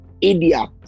idiot